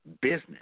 business